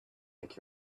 make